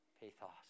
pathos